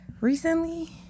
Recently